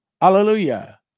Hallelujah